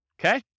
okay